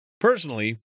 Personally